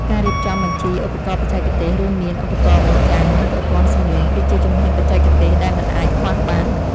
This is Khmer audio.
ការរៀបចំបញ្ជីឧបករណ៍បច្ចេកទេស រួមមានឧបករណ៍បញ្ចាំង និងប្រព័ន្ធសំឡេង គឺជាជំហានបច្ចេកទេសដែលមិនអាចខ្វះបាន។